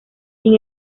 sin